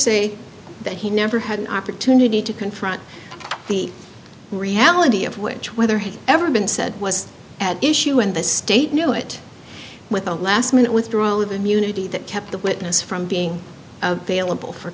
ay that he never had an opportunity to confront the reality of which whether had ever been said was at issue and the state knew it with a last minute withdrawal of immunity that kept the witness from being available for